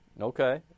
Okay